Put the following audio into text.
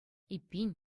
эппин